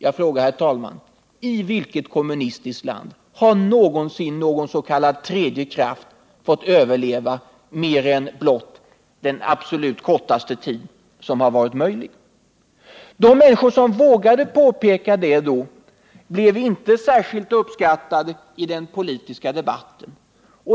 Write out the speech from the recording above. Jag frågar, herr talman: I vilket kommunistiskt land har någonsin någon s.k. tredje kraft fått överleva mer än blott den absolut kortaste tid som har varit möjlig? De människor som vågade påpeka detta blev inte särskilt uppskattade i den politiska debatten.